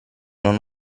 non